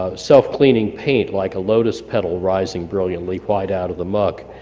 ah self-cleaning paint like a lotus petal rising brilliantly right out of the muck.